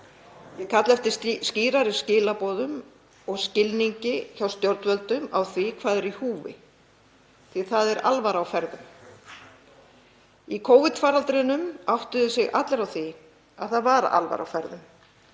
Ég kalla eftir skýrari skilaboðum og skilningi hjá stjórnvöldum á því hvað er í húfi því að það er alvara á ferðum. Í Covid-faraldrinum áttuðu sig allir á því að það væri alvara á ferðum,